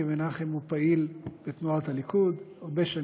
כי מנחם הוא פעיל בתנועת הליכוד הרבה שנים,